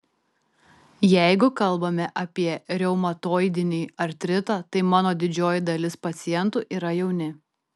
jeigu kalbame apie reumatoidinį artritą tai mano didžioji dalis pacientų yra jauni